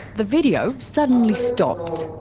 the video suddenly stopped.